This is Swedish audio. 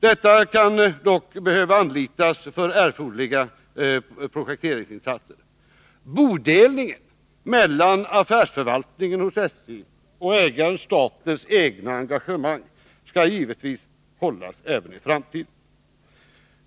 Detta kan dock behöva anlitas för erforderliga projekteringsinsatser. Bodelningen mellan affärsförvaltningen hos SJ och ägarens/statens egna engagemang skall givetvis hållas även i framtiden.